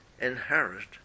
inherit